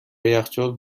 یخچال